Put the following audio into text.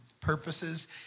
purposes